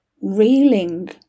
reeling